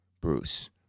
Bruce